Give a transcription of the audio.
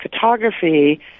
photography